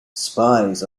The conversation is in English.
spies